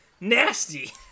nasty